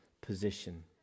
position